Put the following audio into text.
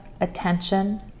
attention